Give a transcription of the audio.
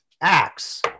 Acts